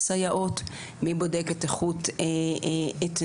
מי בודק את איכות עבודת הסייעות,